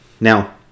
Now